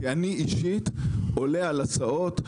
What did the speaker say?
כי אני אישית עולה על הסעות,